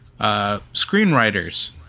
screenwriters